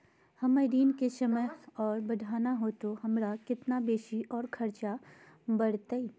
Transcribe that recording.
हमर ऋण के समय और बढ़ाना है तो हमरा कितना बेसी और खर्चा बड़तैय?